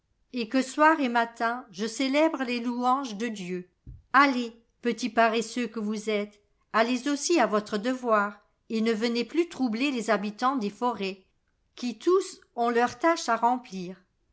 et que soir et matin je célèbre les louanges de dieu allez petits paresseux ue vous êtes allez aussi à votre devoir et ne venez plus troubler les habitants des forêts qui tous ont leur tùciie h remplir